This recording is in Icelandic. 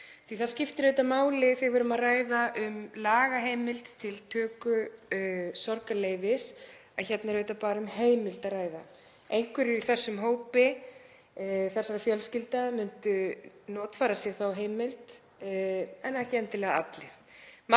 því það skiptir auðvitað máli þegar við erum að ræða um lagaheimild til töku sorgarleyfis að hérna er auðvitað bara um heimild að ræða. Einhverjir í þessum hópi þessara fjölskyldna myndu notfæra sér þá heimild en ekki endilega allir.